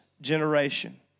generation